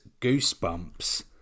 goosebumps